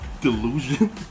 delusion